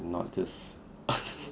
not just